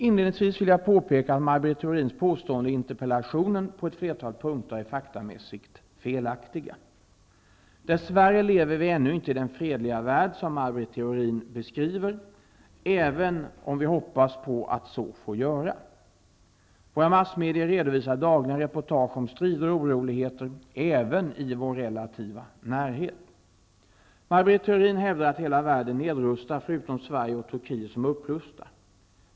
Inledningsvis vill jag påpeka att Maj Britt Theorins påståenden i interpellationen på ett flertal punkter är faktamässigt felaktiga. Dess värre lever vi ännu inte i den fredliga värld som Maj Britt Theorin beskriver, även om vi hoppas på att så få göra. Våra massmedier redovisar dagligen reportage om strider och oroligheter, även i vår relativa närhet. Maj Britt Theorin hävdar att hela världen nedrustar, förutom Sverige och Turkiet som upprustar.